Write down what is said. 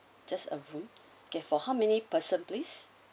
just a room okay for how many person please